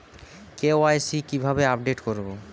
KYC কিভাবে আপডেট করব?